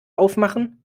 aufmachen